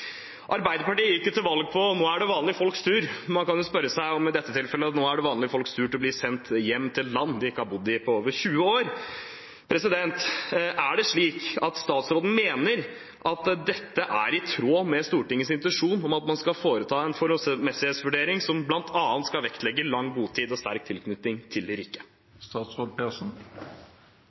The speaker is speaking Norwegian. Arbeiderpartiet gikk til valg på at det skulle være vanlige folks tur. Man kan spørre seg om det i forbindelse med dette tilfellet er vanlige folks tur til å bli sendt hjem til et land de ikke har bodd i på over 20 år. Mener statsråden at dette er i tråd med Stortingets intensjon om at man skal foreta en forholdsmessighetsvurdering som bl.a. skal vektlegge lang botid og sterk tilknytning til